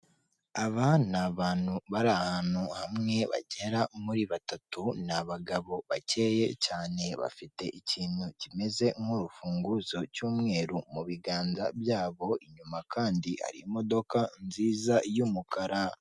Aba ni abantu bari ahantu hamwe bagera muri batatu, ni abagabo bakeye cyane bafite ikintu kimeze nk'urufunguzo cy'umweru mu biganza byabo, inyuma kandi hari imodoka nziza y'umukara.